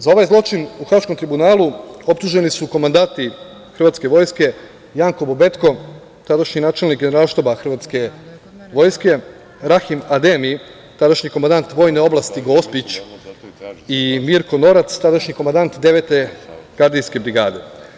Za ovaj zločin u Haškom tribunalu optuženi su komandanti hrvatske vojske Janko Bobetko, tadašnji načelnik Generalštaba hrvatske vojske, Rahim Ademi, tadašnji komandant vojne oblasti Gospić i Mirko Norac, tadašnji komandant 9. Kadriljske brigade.